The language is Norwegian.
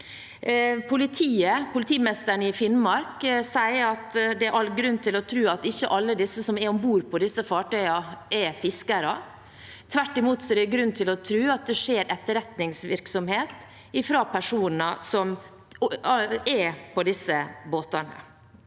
politimesteren i Finnmark, sier at det er all grunn til å tro at ikke alle som er om bord på disse fartøyene, er fiskere. Tvert imot er det grunn til å tro at det skjer etterretningsvirksomhet fra personer som er på disse båtene.